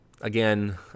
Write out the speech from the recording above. again